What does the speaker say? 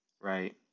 right